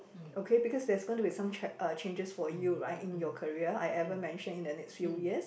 okay because there's going to be some cha~ uh changes for you right in your career I ever mention in the next few years